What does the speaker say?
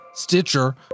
Stitcher